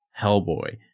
Hellboy